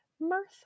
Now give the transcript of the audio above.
Mirth